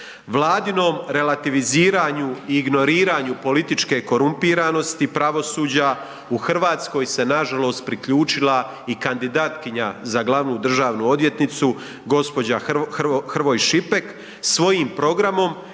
Vladinom relativiziranju i ignoriranju političke korumpiranosti pravosuđa u Hrvatskoj se nažalost priključila i kandidatkinja za glavnu državnu odvjetnicu gospođa Hrvoj Šipek svojim programom